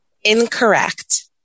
Incorrect